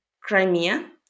Crimea